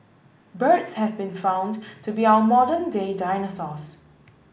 birds have been found to be our modern day dinosaurs